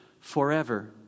forever